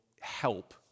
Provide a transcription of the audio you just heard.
help